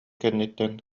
кэнниттэн